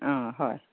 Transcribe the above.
অ' হয়